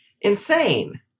insane